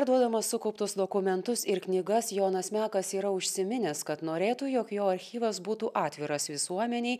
paduodamas sukauptus dokumentus ir knygas jonas mekas yra užsiminęs kad norėtų jog jo archyvas būtų atviras visuomenei